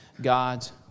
God's